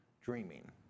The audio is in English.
dreaming